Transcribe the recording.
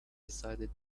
decided